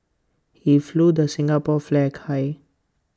he flew the Singapore flag high